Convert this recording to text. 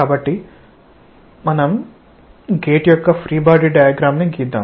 కాబట్టి మనం గేట్ యొక్క ఫ్రీ బాడి డయాగ్రామ్ ని గీద్దాం